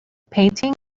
painting